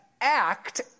act